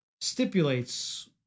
stipulates